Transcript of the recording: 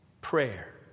prayer